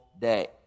day